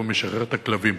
הוא משחרר את הכלבים,